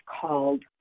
called